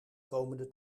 komende